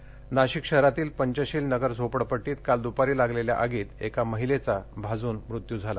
आग नाशिक शहरातील पंचशील नगर झोपडपट्टीत काल दुपारी लागलेल्या आगीत एका महिलेचा भाजून मृत्यू झाला